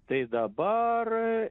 tai dabar